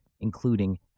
including